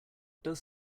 does